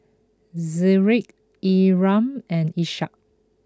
Zikri Imran and Ishak